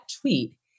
tweet